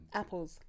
apples